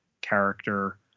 character